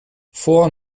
vor